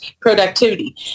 productivity